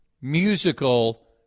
musical